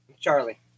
charlie